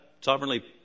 sovereignly